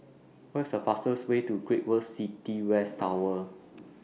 What IS The fastest Way to Great World City West Tower